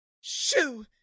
Shoo